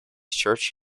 church